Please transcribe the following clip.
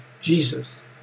jesus